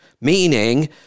meaning